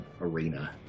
arena